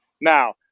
Now